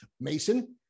mason